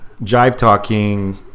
jive-talking